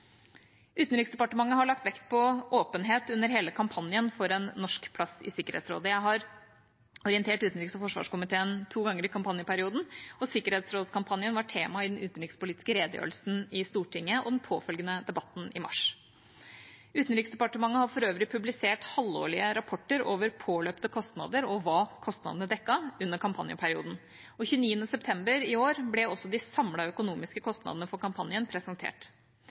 Utenriksdepartementet har lagt vekt på åpenhet under hele kampanjen for en norsk plass i Sikkerhetsrådet. Jeg har orientert utenriks- og forsvarskomiteen to ganger i kampanjeperioden, og sikkerhetsrådskampanjen var tema i den utenrikspolitiske redegjørelsen i Stortinget og den påfølgende debatten i mars. Utenriksdepartementet har for øvrig publisert halvårige rapporter over påløpte kostnader – og hva kostnadene dekket – under kampanjeperioden, og 29. september i år ble også de samlede økonomiske kostnadene for kampanjen presentert.